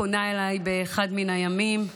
פונה אליי באחד מן הימים במייל,